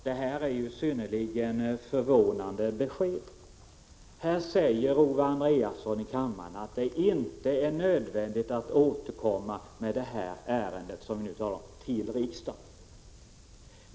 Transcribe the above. Herr talman! Detta är synnerligen förvånande besked. Owe Andréasson säger här i kammaren att det inte är nödvändigt att återkomma till riksdagen med det ärende som vi nu talar om.